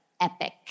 epic